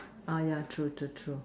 oh ya true true true